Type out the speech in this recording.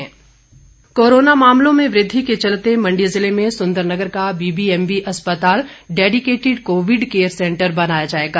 Covid centre कोरोना मामलों में वृद्धि के चलते मण्डी जिले में सुंदरनगर का बीबीएमबी अस्पताल डेडिकेटिड कोविड केयर सेंटर बनाया जाएगा